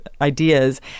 ideas